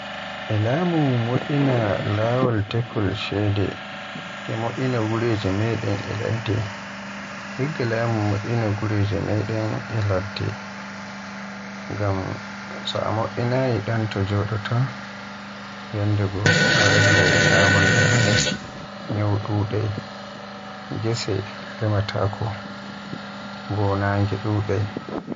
E laamu mo'ina laawol tefol ceede e mo'ina gureje meden e ladde. Igga laamu mo'ina gureje meden e ladde ngam, so a mo'inaay don to jodotoda yandego a rellay nyamunda, nyawu dudai, gese remaatako, bo nannage dudai.